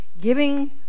giving